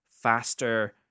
faster